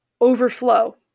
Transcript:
overflow